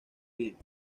bien